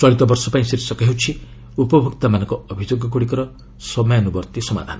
ଚଳିତବର୍ଷ ପାଇଁ ଶୀର୍ଷକ ହେଉଛି ଉପଭୋକ୍ତାଙ୍କ ଅଭିଯୋଗଗ୍ରଡିକର ସହୟାନ୍ଦବର୍ତ୍ତୀ ସମାଧାନ